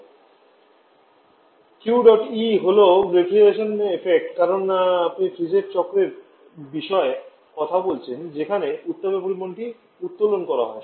Q dot E হল refrigeration effect কারণ আপনি ফ্রিজের চক্রের বিষয়ে কথা বলছেন যেখানে উত্তাপের পরিমাণটি উত্তোলন করা হয়